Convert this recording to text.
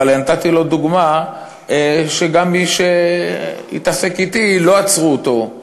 אבל נתתי לו דוגמה שגם מי שהתעסק אתי לא עצרו אותו,